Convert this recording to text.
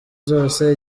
zose